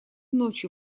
ночью